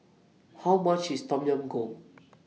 How much IS Tom Yam Goong